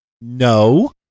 no